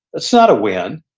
that's not a win.